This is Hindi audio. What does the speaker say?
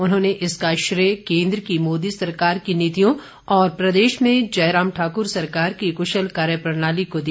उन्होंने इसका श्रेय केंद्र की मोदी सरकार की नीतियों और प्रदेश में जयराम ठाक्र सरकार की क्शल कार्यप्रणाली को दिया